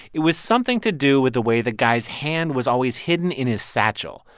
it was something to do with the way the guy's hand was always hidden in his satchel,